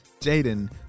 Jaden